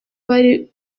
bari